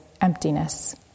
emptiness